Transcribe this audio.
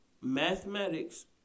Mathematics